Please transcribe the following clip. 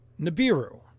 Nibiru